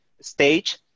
stage